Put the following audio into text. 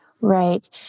Right